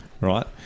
right